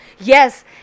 Yes